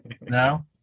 No